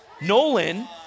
Nolan